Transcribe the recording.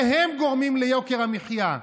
שהם גורמים ליוקר המחיה.